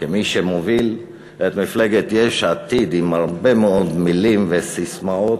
כמי שמוביל את מפלגת יש עתיד עם הרבה מאוד מילים וססמאות,